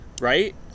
right